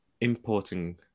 importing